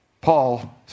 Paul